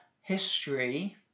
history